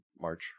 march